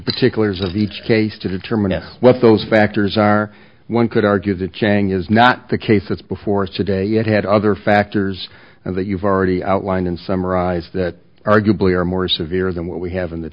particulars of each case to determine if what those factors are one could argue the chang is not the case that's before us today yet had other factors that you've already outlined and summarize that arguably are more severe than what we have in the